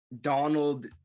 Donald